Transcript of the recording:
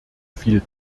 viel